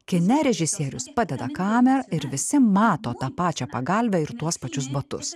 kine režisierius padeda kamerą ir visi mato tą pačią pagalvę ir tuos pačius batus